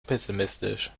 pessimistisch